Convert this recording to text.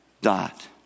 dot